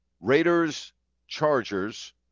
Raiders-Chargers